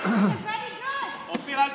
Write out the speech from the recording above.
הופה.